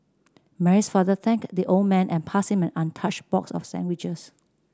Mary's father thanked the old man and passed him an untouched box of sandwiches